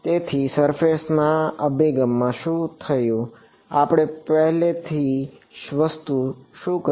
તેથી સરફેસ ના અભિગમમાં શું થયું આપણે પહેલી વસ્તુ શું કરી